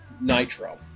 nitro